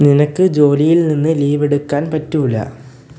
നിനക്ക് ജോലിയിൽ നിന്ന് ലീവ് എടുക്കാൻ പറ്റില്ല